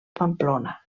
pamplona